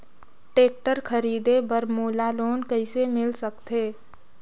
Tractor खरीदे बर मोला लोन कइसे मिल सकथे?